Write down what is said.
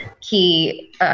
key